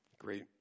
Great